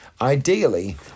Ideally